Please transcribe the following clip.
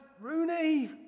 Rooney